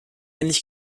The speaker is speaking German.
ähnlich